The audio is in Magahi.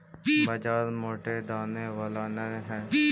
बाजरा मोटे दाने वाला अन्य हई